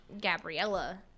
Gabriella